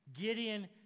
Gideon